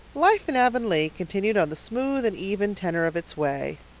life in avonlea continued on the smooth and even tenor of its way.